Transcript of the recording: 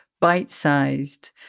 bite-sized